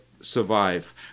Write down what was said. survive